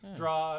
draw